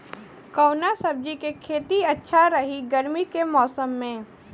कवना सब्जी के खेती अच्छा रही गर्मी के मौसम में?